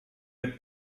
mit